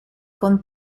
con